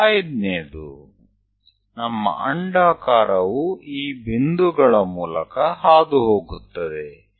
તો આપણું ઉપવલય આ બિંદુઓમાંથી થઈને જશે